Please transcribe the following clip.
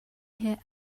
hear